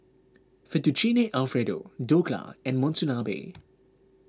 Fettuccine Alfredo Dhokla and Monsunabe